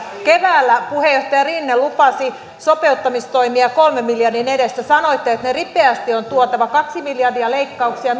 keväällä puheenjohtaja rinne lupasi sopeuttamistoimia kolmen miljardin edestä sanoitte että ne ripeästi on tuotava kaksi miljardia leikkauksia ja